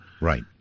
Right